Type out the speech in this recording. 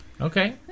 Okay